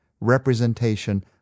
representation